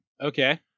Okay